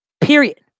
period